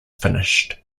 finished